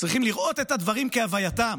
צריכים לראות את הדברים כהווייתם